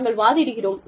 நாங்கள் வாதிடுகிறோம்